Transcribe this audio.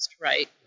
right